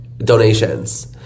donations